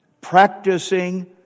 practicing